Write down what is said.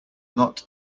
not